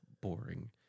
boring